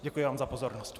Děkuji vám za pozornost.